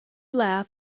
laugh